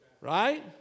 right